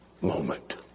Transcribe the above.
moment